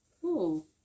Cool